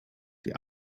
die